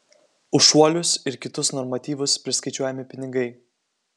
už šuolius ir kitus normatyvus priskaičiuojami pinigai